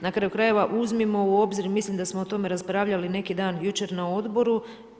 Na kraju krajeva, uzmimo u obzir, mislim da smo o tome raspravljali neki dan, jučer na odboru.